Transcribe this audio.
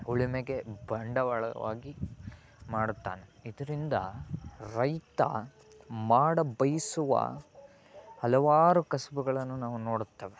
ಉಳುಮೆಗೆ ಬಂಡವಾಳವಾಗಿ ಮಾಡುತ್ತಾನೆ ಇದರಿಂದ ರೈತ ಮಾಡಬಯಿಸುವ ಹಲವಾರು ಕಸುಬುಗಳನ್ನು ನಾವು ನೋಡುತ್ತೇವೆ